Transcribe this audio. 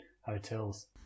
hotels